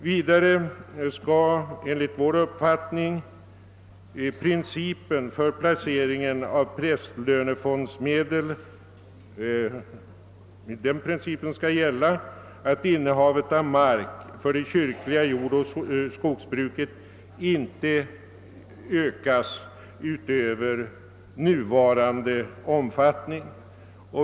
Vidare skall enligt vår uppfattning vid placeringen av prästlönefondsmedel den principen gälla att innehavet av mark för det kyrkliga jordoch skogsbruket inte ökas utöver nuvarande omfattning.